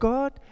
God